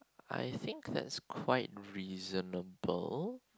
I think that's quite reasonable